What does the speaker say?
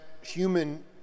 human